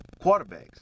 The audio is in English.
quarterbacks